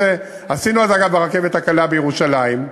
עשינו, אז, ברכבת הקלה בירושלים,